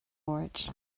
mbord